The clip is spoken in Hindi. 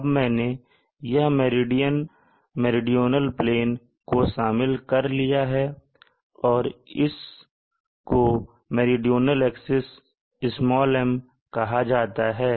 अब मैंने यह मेरिडियन मेरीडोनल प्लेन को शामिल कर लिया है और इस को मेरीडोनल एक्सिस "m" कहा जाता है